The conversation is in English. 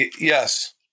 yes